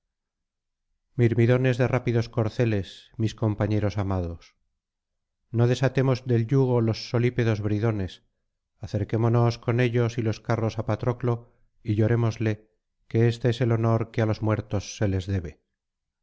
mirmidones de rápidos corceles mis compañeros amados no desatemos del yugo los solípedos bridones acerquémonos coa ellos y los carros á patroclo y llorémosle que éste es el honor que á los muertos se les debe